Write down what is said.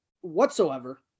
whatsoever